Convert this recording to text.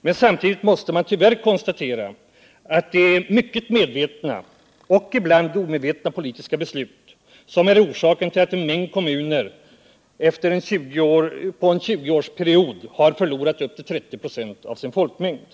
men samtidigt måste man tyvärr konstatera att det är mycket medvetna och ibland omedvetna politiska beslut som är orsaken till att en mängd kommuner under en 20-års period har förlorat upp till 30 26 av sin folkmängd.